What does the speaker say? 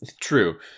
True